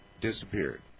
disappeared